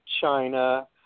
China